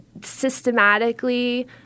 systematically